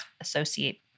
associate